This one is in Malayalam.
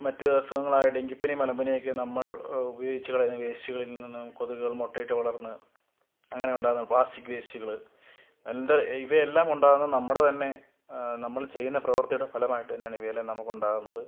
മറ്റ് അസുഖങ്ങളായ ഡെങ്കിപ്പനി മലമ്പനിയൊക്കെ നമ്മൾ ഉപയോഗിച്ച് കളയുന്ന വേസ്റ്റുകളിൽ നിന്ന് കൊതുകുകൾ മുട്ടയിട്ട് വളർന്ന് അങ്ങനെ ഉണ്ടാകുന്നതാണ് പ്ലാസ്റ്റിക്ക് വേയ്സ്റ്റുകൾ എന്ത് ഇവയെല്ലാം ഉണ്ടാകുന്ന നമ്മുടെ തന്നെ നമ്മൾ ചെയ്യുന്ന പ്രവർത്തിയുടെ ഫലമായിട്ട് തന്നെയാണ് ഇവയെല്ലാം നമക്കുണ്ടാകുന്നത്